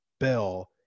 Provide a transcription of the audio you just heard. bill